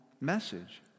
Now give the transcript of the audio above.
message